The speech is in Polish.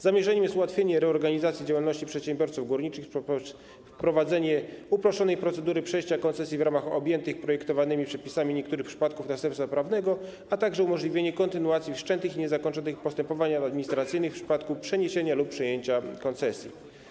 Zamierzeniem jest ułatwienie reorganizacji działalności przedsiębiorców górniczych, wprowadzenie uproszczonej procedury przejścia koncesji w ramach objętych projektowanymi przepisami niektórych przypadków następstwa prawnego, a także umożliwienie kontynuacji wszczętych i niezakończonych postępowań administracyjnych w przypadku przeniesienia lub przejęcia koncesji.